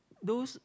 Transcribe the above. those